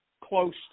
close